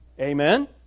Amen